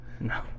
No